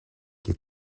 que